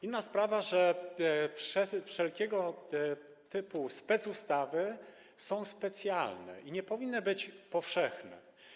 Inna sprawa, że wszelkiego typu specustawy są specjalne i nie powinny być powszechne.